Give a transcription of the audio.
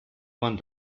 man